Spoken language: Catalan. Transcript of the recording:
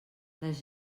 les